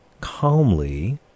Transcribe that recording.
calmly